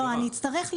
לא, אני אצטרך להגיע.